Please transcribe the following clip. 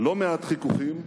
לא מעט חיכוכים,